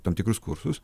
tam tikrus kursus